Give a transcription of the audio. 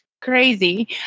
crazy